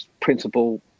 principle